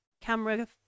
camera